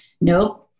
Nope